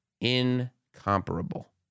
incomparable